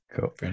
Cool